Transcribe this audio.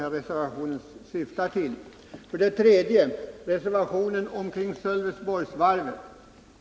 Nästa reservation gällde Sölvesborgsvarvet.